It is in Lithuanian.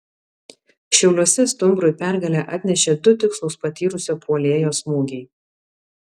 šiauliuose stumbrui pergalę atnešė du tikslūs patyrusio puolėjo smūgiai